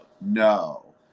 No